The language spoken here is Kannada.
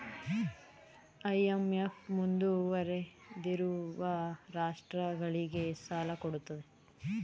ಐ.ಎಂ.ಎಫ್ ಮುಂದುವರಿದಿರುವ ರಾಷ್ಟ್ರಗಳಿಗೆ ಸಾಲ ಕೊಡುತ್ತದೆ